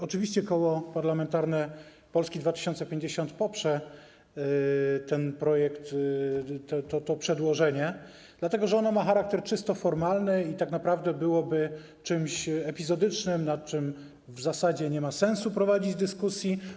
Oczywiście Koło Parlamentarne Polska 2050 poprze ten projekt, to przedłożenie, dlatego że ono ma charakter czysto formalny i tak naprawdę byłoby czymś epizodycznym, nad czym w zasadzie nie ma sensu prowadzić dyskusji.